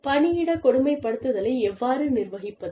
பணியிட கொடுமைப்படுத்துதலை எவ்வாறு நிர்வகிப்பது